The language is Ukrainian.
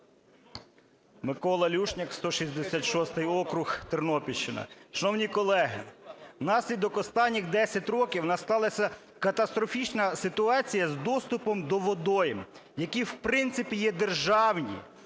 Микола Люшняк, 166 округ, Тернопільщина. Шановні колеги, внаслідок останніх 10 років в нас сталася катастрофічна ситуація з доступом до водойм, які, в принципі, є державні.